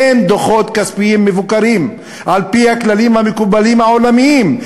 אין דוחות כספיים מבוקרים על-פי הכללים המקובלים העולמיים.